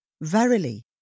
verily